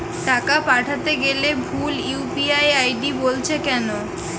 টাকা পাঠাতে গেলে ভুল ইউ.পি.আই আই.ডি বলছে কেনো?